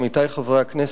עמיתי חברי הכנסת,